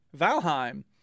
Valheim